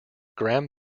gram